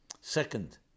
Second